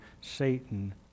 Satan